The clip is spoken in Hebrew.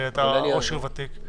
ואתה ראש עיר ותיק,